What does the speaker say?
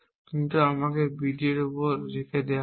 কিন্তু আমাকে B D এর উপর রেখে দেওয়া হবে